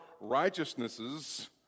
righteousnesses